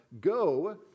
Go